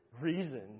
reason